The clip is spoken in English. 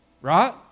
right